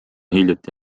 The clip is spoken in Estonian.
hiljuti